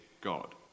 God